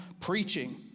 preaching